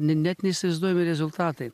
ne net neįsivaizduojami rezultatai